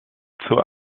zur